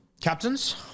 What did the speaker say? Captains